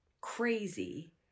crazy